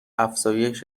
افزایش